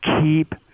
Keep